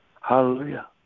Hallelujah